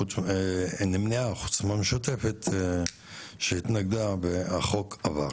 חוץ מהמשותפת שהתנגדה והחוק עבר.